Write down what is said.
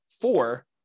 four